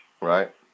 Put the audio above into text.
Right